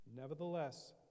Nevertheless